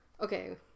Okay